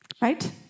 right